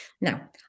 Now